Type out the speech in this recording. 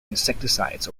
insecticides